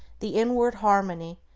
the inward harmony,